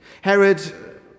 Herod